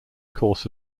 course